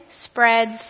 spreads